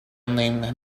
named